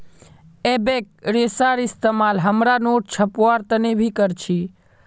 एबेक रेशार इस्तेमाल हमरा नोट छपवार तने भी कर छी